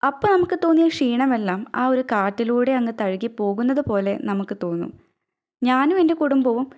അപ്പോൾ നമുക്ക് തോന്നിയ ക്ഷീണമെല്ലാം ആവൊരു കാറ്റിലൂടെയങ്ങ് തഴുകി പോകുന്നത് പോലെ നമുക്കു തോന്നും ഞാനും എന്റെ കുടുംബവും